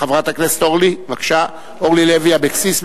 חברת הכנסת אורלי לוי אבקסיס,